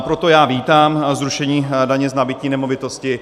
Proto vítám zrušení daně z nabytí nemovitosti.